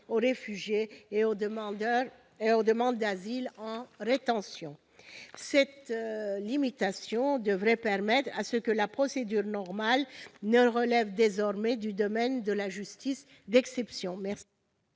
aux réfugiés et aux demandes d'asile en rétention. Cette limitation devrait permettre que la procédure normale ne relève désormais plus du domaine de la justice d'exception.